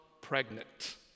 pregnant